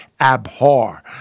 abhor